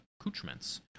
accoutrements